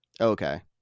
Okay